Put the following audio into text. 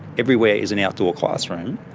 everywhere is an outdoor classroom,